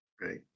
Right